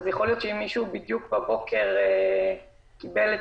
כך שיכול להיות שאם מישהו בדיוק בבוקר קיבל את